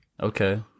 Okay